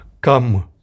Come